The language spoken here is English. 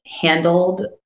handled